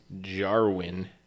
Jarwin